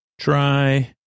Try